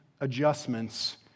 adjustments